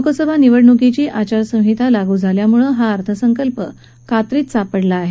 लोकसभा निवडणुकीची आचारसंहिता लागू झाल्यामुळे हा अर्थसंकल्प कात्रीत सापडला आहे